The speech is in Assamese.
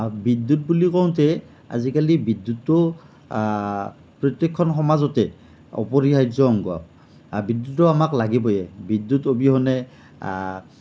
হয় বিদ্যুৎ বুলি কওঁতে আজিকালি বিদ্যুৎটো প্ৰত্যেকখন সমাজতে অপৰিহাৰ্য অংগ বিদ্যুৎটো আমাক লাগিবই বিদ্যুৎ অবিহনে